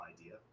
idea